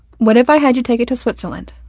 what if i had you take it to switzerland?